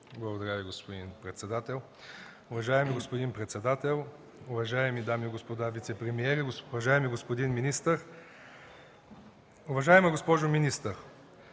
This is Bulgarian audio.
Благодаря Ви, господин председател. Уважаеми господин председател, уважаеми дами и господа вицепремиери, уважаеми господин министър! Уважаема госпожо министър,